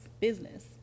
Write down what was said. business